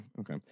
okay